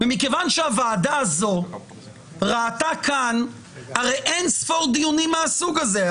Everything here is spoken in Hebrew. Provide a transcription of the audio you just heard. הוועדה הזו ראתה כאן אין ספור דיונים מהסוג הזה.